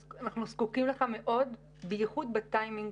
אנחנו זקוקים לך מאוד, בייחוד בטיימינג